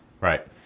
right